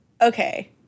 okay